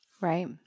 Right